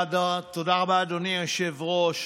תודה רבה, אדוני היושב-ראש.